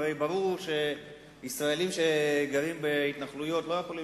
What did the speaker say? הרי ברור שישראלים שגרים בהתנחלויות לא יכולים